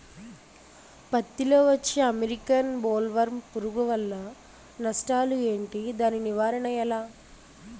పత్తి లో వచ్చే అమెరికన్ బోల్వర్మ్ పురుగు వల్ల నష్టాలు ఏంటి? దాని నివారణ ఎలా?